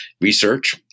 research